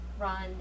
run